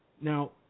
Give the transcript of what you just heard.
Now